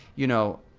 you know,